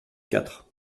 quatre